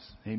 Amen